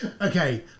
Okay